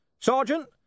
Sergeant